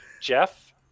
Jeff